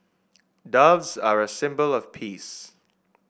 doves are a symbol of peace